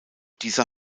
dieser